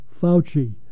Fauci